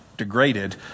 Degraded